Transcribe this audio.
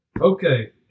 okay